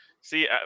see